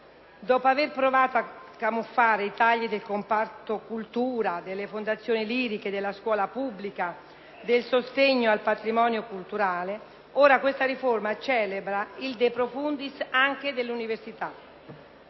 Dopo aver provato a camuffare i tagli del comparto cultura, delle fondazioni liriche, della scuola pubblica, del sostegno al patrimonio culturale, ora questa riforma celebra il de profundis anche dell’universita.